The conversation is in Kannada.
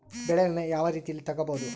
ಬೆಳೆ ವಿಮೆ ಯಾವ ರೇತಿಯಲ್ಲಿ ತಗಬಹುದು?